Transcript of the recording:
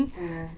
oh ya